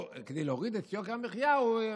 כדי להוריד את יוקר המחיה הוא,